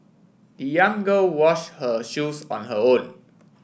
the young girl washed her shoes on her own